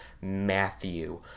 Matthew